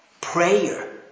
Prayer